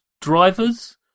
drivers